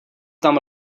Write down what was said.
tam